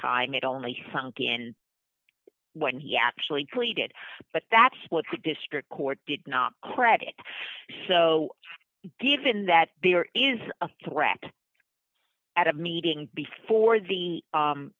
time and only found in when he actually pleaded but that's what the district court did not credit so given that there is a threat at a meeting before the